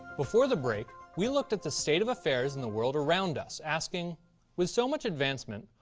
before the break we looked at the state of affairs in the world around us asking with so much advancement,